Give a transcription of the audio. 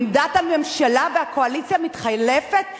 עמדת הממשלה והקואליציה מתחלפת לנגד.